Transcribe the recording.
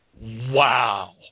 wow